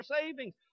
savings